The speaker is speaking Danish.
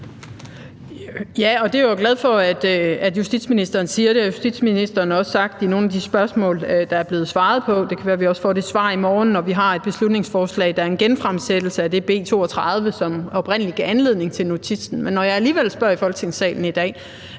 Ja, og det er jeg jo glad for at justitsministeren siger. Justitsministeren har også sagt det i svarene på nogle af de spørgsmål, der er blevet besvaret, og det kan være, at vi også får det svar i morgen, når vi har et beslutningsforslag, der er en genfremsættelse af det B 32, som oprindelig gav anledning til notitsen. Men når jeg alligevel spørger i Folketingssalen i dag,